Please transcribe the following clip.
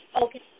Okay